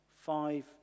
five